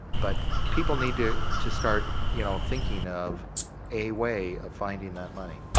but people need to to start, you know, thinking of a way of finding that money.